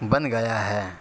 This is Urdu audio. بن گیا ہے